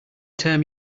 term